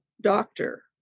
doctor